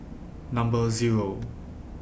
Number Zero